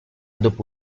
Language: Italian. dopo